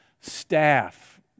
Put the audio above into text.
staff